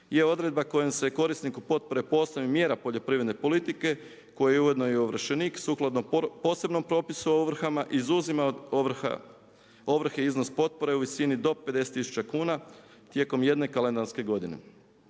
je odredba kojom se korisniku potpore po osnovi mjera poljoprivredne politike koja je ujedno i ovršenik, sukladno posebnom propisu o ovrhama, izuzima od ovrhe iznos potpore u visini do 50 000 kuna tijekom jedne kalendarske godine.